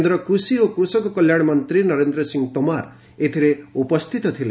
କେନ୍ଦ୍ର କୃଷି ଓ କୃଷକ କଲ୍ୟାଣ ମନ୍ତ୍ରୀ ନରେନ୍ଦ୍ର ସିଂହ ତୋମାର ଏଥିରେ ଉପସ୍ଥିତ ଥିଲେ